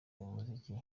umuziki